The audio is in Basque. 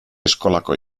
eskolako